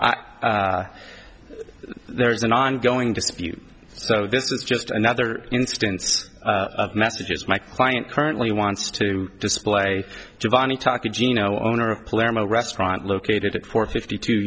file there is an ongoing dispute so this is just another instance of messages my client currently wants to display giovanni talking gino owner of palermo restaurant located at four fifty two